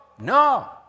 No